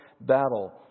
battle